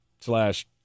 slash